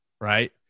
Right